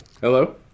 Hello